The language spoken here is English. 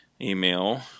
email